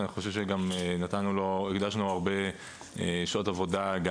ואני גם חושב שהקדשנו הרבה שעות עבודה.